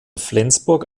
flensburg